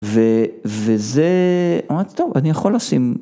וזה אמרתי, טוב, אני יכול לשים.